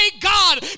God